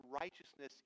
righteousness